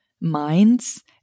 minds